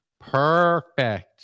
perfect